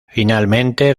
finalmente